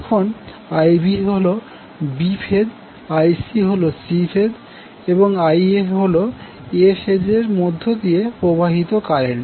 এখন Ibহল b phase Icহল c ফেজ এবং Ia হল a ফেজ এর মধ্য দিয়ে প্রবাহিত কারেন্ট